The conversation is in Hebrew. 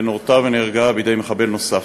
ונורתה ונהרגה בידי מחבל נוסף.